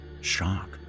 Shock